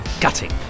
gutting